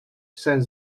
sen